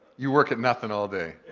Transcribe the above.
you work at nothing all day.